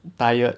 tired